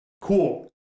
Cool